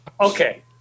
Okay